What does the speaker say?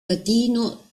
latino